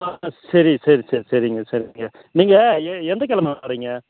சரி சரி சரிங்க நீங்கள் எந்த கிழம வரீங்க